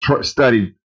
studied